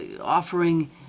offering